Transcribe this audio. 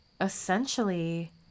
essentially